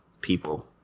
people